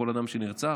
כל אדם שנרצח,